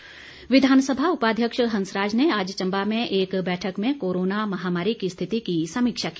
हुंसराज विधानसभा उपाध्यक्ष हंसराज ने आज चंबा में एक बैठक में कोरोना महामारी की स्थिति की समीक्षा की